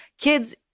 kids